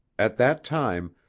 at that time,